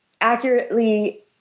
accurately